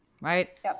right